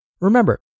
Remember